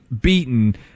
beaten